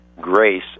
Grace